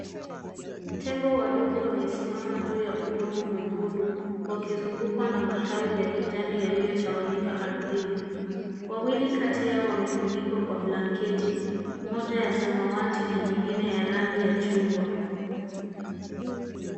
Tembo wadogo wamesimama juu ya udongo mwekundu wakizungukwa na matawi ya kijani yaliyo tawanyika arthini. Wawili kati yao wamefunikwa kwa blanketi moja ya samawati na nyingine rangi ya chungwa.